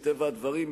מטבע הדברים,